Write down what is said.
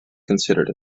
considered